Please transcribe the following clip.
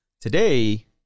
today